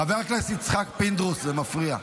חבר הכנסת יצחק פינדרוס, זה מפריע.